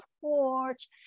porch